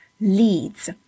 leads